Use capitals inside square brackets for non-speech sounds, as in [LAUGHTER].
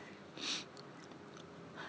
[BREATH]